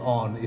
on